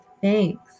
thanks